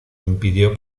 impidió